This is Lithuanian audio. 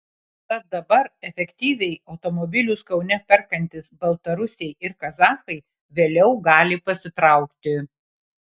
tad dabar aktyviai automobilius kaune perkantys baltarusiai ir kazachai vėliau gali pasitraukti